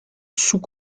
sous